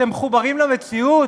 אתם מחוברים למציאות?